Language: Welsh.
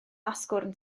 asgwrn